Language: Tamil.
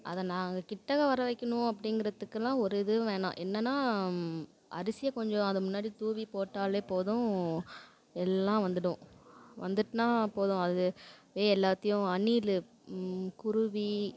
அதை நாங்கள் கிட்டக்க வர வைக்கணும் அப்டிங்குறத்துக்கெல்லாம் ஒரு இதுவும் வேணாம் என்னென்னா அரிசியை கொஞ்சம் அது முன்னாடி தூவி போட்டாலே போதும் எல்லாம் வந்துடும் வந்துட்டுனா போதும் அது எல்லாத்தையும் அணில் குருவி